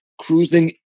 cruising